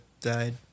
died